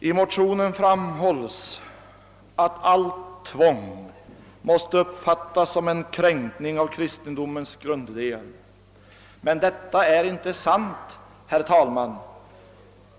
I motionen framhålls att »allt tvång måste uppfattas som en kränkning av kristendomens grundidéer» — men detta är inte sant, herr talman!